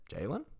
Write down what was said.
Jalen